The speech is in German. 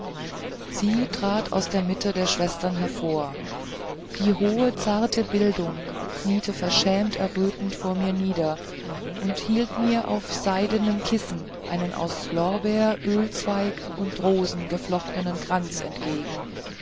sie trat aus der mitte der schwestern hervor die hohe zarte bildung kniete verschämt errötend vor mir nieder und hielt mir auf seidenem kissen einen aus lorbeer ölzweigen und rosen geflochtenen kranz entgegen